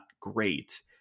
great